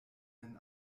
rennen